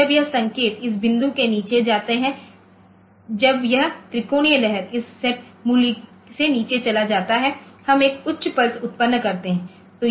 जब यह संकेत इस बिंदु से नीचे जाते हैं जब यह त्रिकोणीय लहर इस सेट मूल्य से नीचे चला जाता है हम एक उच्च पल्स उत्पन्न करते हैं